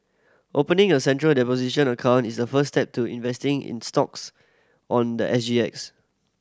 opening a Central account is the first step to investing in stocks on the S G X